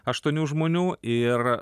aštuonių žmonių ir